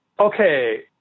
okay